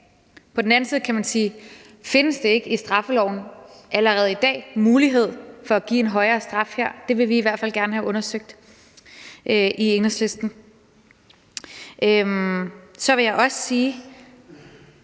På den anden side kan man sige: Findes der ikke i straffeloven allerede i dag mulighed for at give en højere straf her? Det vil vi i hvert fald gerne have undersøgt i Enhedslisten. Så vil jeg også sige,